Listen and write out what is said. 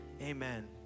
Amen